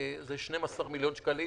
זה 12 מיליון שקלים,